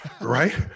right